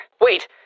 Wait